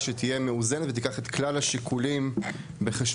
שתהיה מאוזנת ותיקח את כלל השיקולים בחשבון,